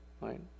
right